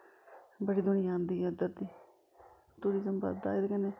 बड़ी दुनियां आंदी ऐ इध्दर बी टूरिजम बद्धा दा एह्दे कन्नै